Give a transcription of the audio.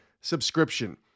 subscription